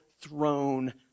throne